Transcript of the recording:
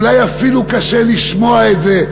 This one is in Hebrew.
אולי אפילו קשה לשמוע את זה,